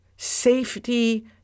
safety